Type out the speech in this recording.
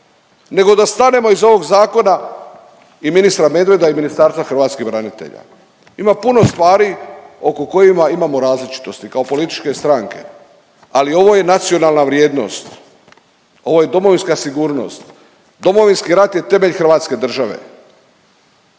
nego da stanemo iza ovog zakona i ministra Medveda i Ministarstva hrvatskih branitelja. Ima puno stvari oko kojima ima različitosti kao političke stranke, ali ovo je nacionalna vrijednost, ovo je domovinska sigurnost. Domovinski rat je temelj Hrvatske države.